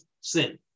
sin